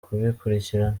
kubikurikirana